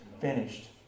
finished